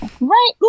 Right